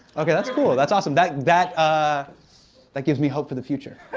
okay, that's cool. that's awesome. that that ah that gives me hope for the future.